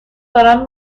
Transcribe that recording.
دارم